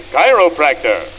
Chiropractor